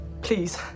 please